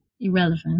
irrelevant